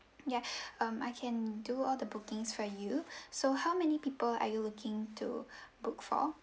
ya um I can do all the bookings for you so how many people are you looking to book for